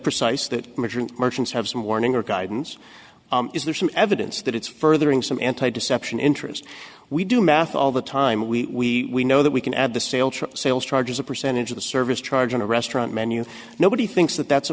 precise that merchant merchants have some warning or guidance is there some evidence that it's furthering some anti deception interest we do math all the time we know that we can add the sales sales charge as a percentage of the service charge on a restaurant menu nobody thinks that that's a